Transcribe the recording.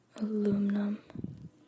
aluminum